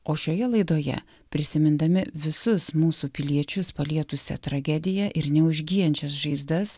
o šioje laidoje prisimindami visus mūsų piliečius palietusią tragediją ir neužgyjančias žaizdas